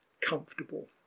comfortable